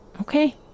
Okay